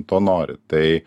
to nori tai